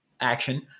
action